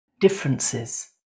differences